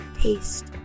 taste